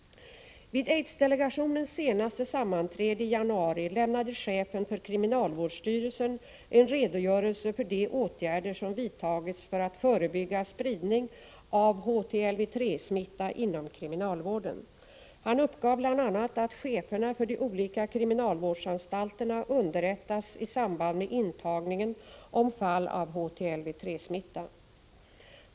Vid aidsdelegationens senaste sammanträde i januari lämnade chefen för kriminalvårdsstyrelsen en redogörelse för de åtgärder som vidtagits för att förebygga spridning av HTLV-III-smitta inom kriminalvården. Han uppgav bl.a. att cheferna för de olika kriminalvårdsanstalterna underrättas i samband med intagningen om fall av HTLV-III-smitta.